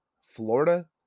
Florida